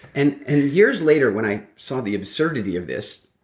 and years later when i saw the absurdity of this.